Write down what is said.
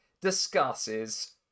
discusses